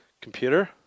computer